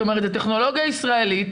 הטכנולוגיה היא ישראלית